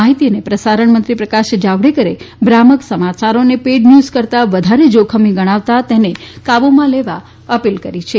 માહિતી અને પ્રસારણ મંત્રી પ્રકાશ જાવડેકરે ભ્રામક સમાચારોને પેઇડ ન્યૂઝ કરતા વધારે જોખમી ગણાવતા તેને કાબુમાં લેવા અપીલ કરી છે